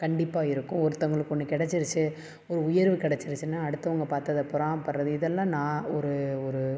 கண்டிப்பாக இருக்கும் ஒருத்தங்களுக்கு ஒன்று கிடச்சிருச்சி ஒரு உயர்வு கிடச்சிருச்சின்னா அடுத்தவங்க பார்த்து அதை பொறாமப்படுறது இதெல்லாம் நான் ஒரு ஒரு